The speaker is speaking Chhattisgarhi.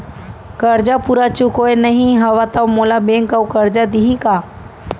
करजा पूरा चुकोय नई हव त मोला बैंक अऊ करजा दिही का?